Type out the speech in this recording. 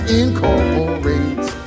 incorporates